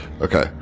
Okay